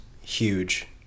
huge